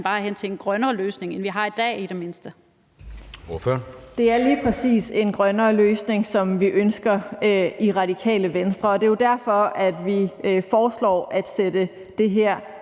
vej hen til en grønnere løsning, end vi har i dag, i det mindste.